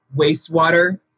wastewater